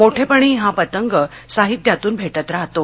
मोठेपणीही हा पतंग साहित्यातून भेटत राहतो